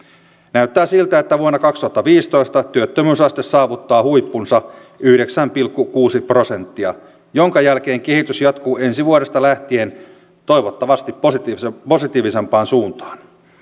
näyttää siltä että vuonna kaksituhattaviisitoista työttömyysaste saavuttaa huippunsa yhdeksän pilkku kuusi prosenttia jonka jälkeen kehitys jatkuu ensi vuodesta lähtien toivottavasti positiivisempaan suuntaan